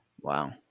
Wow